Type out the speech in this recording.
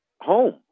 home